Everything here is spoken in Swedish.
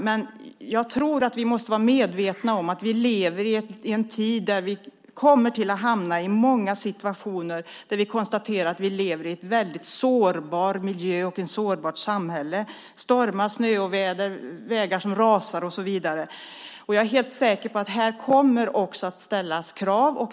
Men jag tror att vi måste vara medvetna om att vi lever i en tid där vi kommer att hamna i många situationer där vi får konstatera att vi lever i en väldigt sårbar miljö och ett sårbart samhälle med stormar, snöoväder, vägar som rasar, och så vidare. Jag är helt säker på att det också kommer att ställas krav.